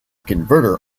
converter